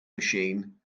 machine